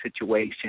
situation